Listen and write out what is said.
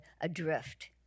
adrift